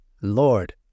Lord